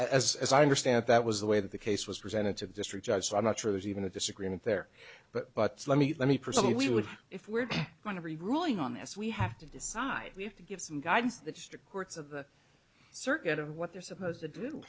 that as i understand that was the way that the case was presented to the district judge so i'm not sure there's even a disagreement there but but let me let me proceed if we would if we're going to be ruling on this we have to decide we have to give some guidance the district courts of the circuit of what they're supposed to do